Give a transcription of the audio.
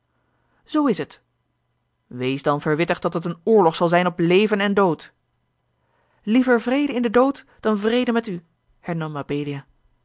zoo is het wees dan verwittigd dat het een oorlog zal zijn op leven en dood liever vrede in den dood dan vrede met u